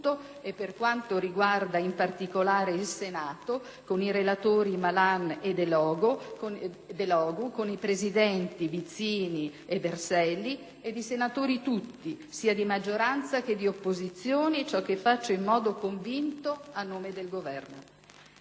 e, per quanto riguarda in particolare il Senato, con i relatori Malan e Delogu, con i presidenti Vizzini e Berselli ed i senatori tutti, sia di maggioranza che di opposizione, cosa che faccio in modo convinto a nome del Governo.